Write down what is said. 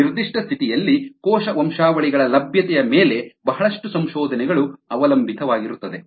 ಒಂದು ನಿರ್ದಿಷ್ಟ ಸ್ಥಿತಿಯಲ್ಲಿ ಕೋಶ ವಂಶಾವಳಿಗಳ ಲಭ್ಯತೆಯ ಮೇಲೆ ಬಹಳಷ್ಟು ಸಂಶೋಧನೆಗಳು ಅವಲಂಬಿತವಾಗಿರುತ್ತದೆ